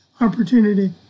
opportunity